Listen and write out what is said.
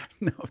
No